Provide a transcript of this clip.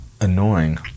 annoying